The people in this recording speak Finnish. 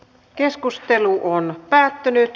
keskustelu päättyi